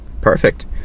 Perfect